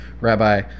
rabbi